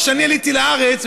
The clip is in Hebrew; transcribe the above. כשאני עליתי לארץ,